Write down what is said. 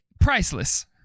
priceless